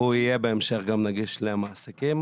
הוא יהיה בהמשך גם נגיש למעסיקים,